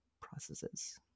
processes